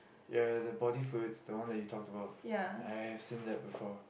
ya ya the body fluids the one that you talked about I have seen that before